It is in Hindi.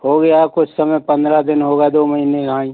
हो गया कुछ समय पन्द्रह दिन हो गए दो महीने आईं